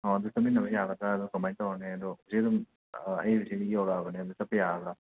ꯑꯥ ꯑꯗꯣ ꯆꯠꯃꯤꯟꯅꯕ ꯌꯥꯒꯗ꯭ꯔꯥ ꯑꯗꯣ ꯀꯃꯥꯏꯅ ꯇꯧꯔꯅꯤ ꯑꯗꯣ ꯏꯆꯦ ꯑꯗꯨꯝ ꯑꯩ ꯍꯧꯖꯤꯛ ꯌꯧꯔꯛꯂꯕꯅꯦ ꯑꯗꯣ ꯆꯠꯄ ꯌꯥꯔꯗ꯭ꯔꯥ